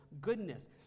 Goodness